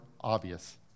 obvious